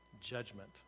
Judgment